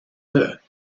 her